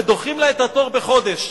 ודוחים לה את התור בחודש.